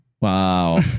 Wow